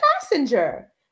passenger